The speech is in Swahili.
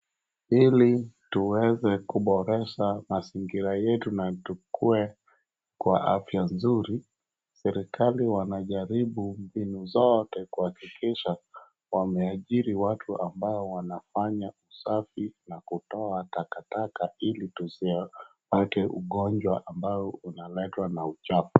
Ili tuweze kuboresha mazigira yetu na tukue kwa afya nzuri serikali wanajaribu mbinu zote kuhakikisha wamehajiri watu ambao wanafanya usafi na kutoa takataka ili tusipate ugonjwa ambao unaletwa na uchafu.